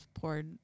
poured